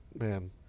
man